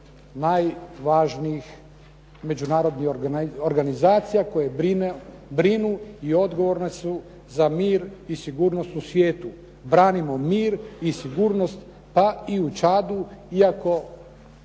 najvažnijih međunarodnih organizacija koje brinu i odgovorne su za mir i sigurnost u svijetu. Branimo mir i sigurnost pa i u Čadu iako